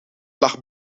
lag